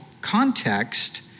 context